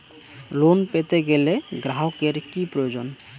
Loan পেতে গেলে গ্রাহকের কি প্রয়োজন?